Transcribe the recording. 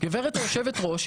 גברת יושבת הראש,